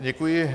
Děkuji.